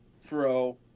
throw